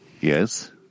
Yes